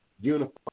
Unified